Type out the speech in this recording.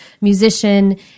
musician